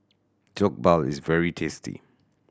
Jokbal is very tasty